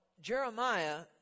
Jeremiah